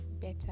better